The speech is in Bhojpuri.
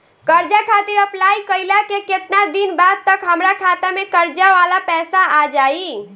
कर्जा खातिर अप्लाई कईला के केतना दिन बाद तक हमरा खाता मे कर्जा वाला पैसा आ जायी?